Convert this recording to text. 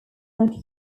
not